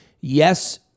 Yes